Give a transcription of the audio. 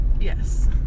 Yes